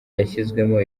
yashyizweho